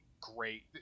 great